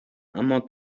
اما